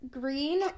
green